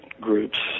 groups